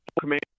command